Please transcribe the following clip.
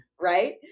right